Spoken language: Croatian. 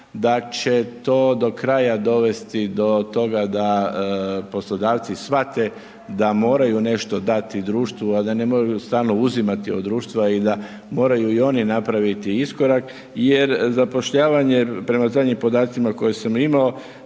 da će to do kraja dovesti do toga da poslodavci shvate da moraju nešto dati društvu, a da ne moraju stalno uzimati od društva i da moraju i oni napraviti iskorak, jer zapošljavanje, prema zadnjim podacima koje sam imao,